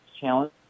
challenge